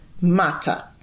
matter